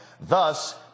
thus